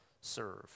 serve